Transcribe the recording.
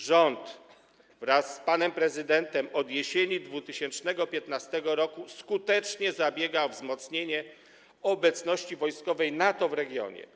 Rząd wraz z panem prezydentem od jesieni 2015 r. skutecznie zabiega o wzmocnienie obecności wojskowej NATO w regionie.